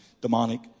demonic